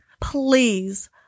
Please